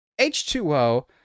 H2O